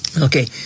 Okay